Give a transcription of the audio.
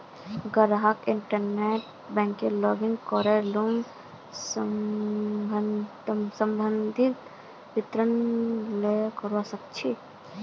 ग्राहक इंटरनेट बैंकिंगत लॉगिन करे लोन स सम्बंधित विवरण चेक करवा सके छै